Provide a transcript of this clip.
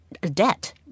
debt